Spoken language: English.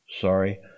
Sorry